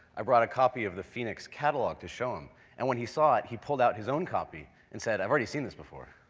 i've brought a copy of the phoenix catalog to show him. and when he saw it he pulled out his own copy and said i've already seen this before